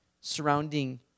surrounding